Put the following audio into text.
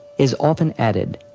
is often added,